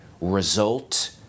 result